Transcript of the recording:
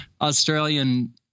Australian